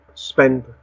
spend